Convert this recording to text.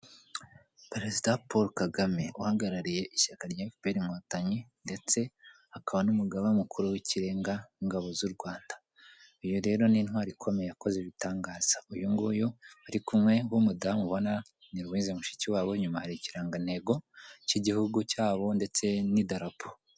Perezida Poro kagame uhagarariye ishyaka rya efuperi Inkotanyi ndetse akaba n'umugaba mukuru w'ikirenga w'ingabo z'u Rwanda, uyu rero ni intwari ikomeye yakoze ibitangaza, uyu nguyu barikumwe w'umudamu ubona ni Ruwize Mushikiwabo inyuma hari ikirangantego cy'igihugu cyabo ndetse n'idarapo.